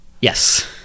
Yes